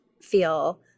feel